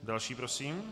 Další prosím.